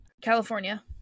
California